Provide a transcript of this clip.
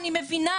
אני מבינה,